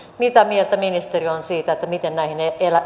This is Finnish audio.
mitä mieltä ministeri on siitä että miten näihin